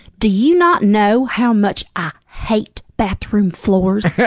do you not know how much i hate bathroom floors?